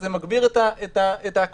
זה מגביר את ההקפדה.